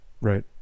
Right